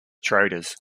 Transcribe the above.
traders